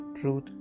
truth